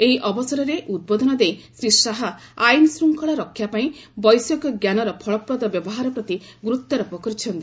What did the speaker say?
ଏହି ଅବସରରେ ଉଦ୍ବୋଧନ ଦେଇ ଶ୍ରୀ ଶାହା ଆଇନ ଶୃଙ୍ଖଳା ରକ୍ଷାପାଇଁ ବୈଷୟିକ ଜ୍ଞାନର ଫଳପ୍ରଦ ବ୍ୟବହାର ପ୍ରତି ଗୁରୁତ୍ୱାରୋପ କରିଛନ୍ତି